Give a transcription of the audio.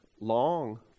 long